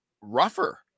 rougher